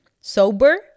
Sober